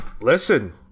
Listen